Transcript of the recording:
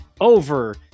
over